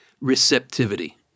receptivity